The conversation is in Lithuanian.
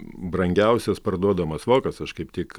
brangiausias parduodamas vokas aš kaip tik